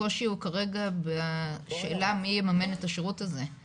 הקושי הוא כרגע השאלה מי יממן את השירות הזה?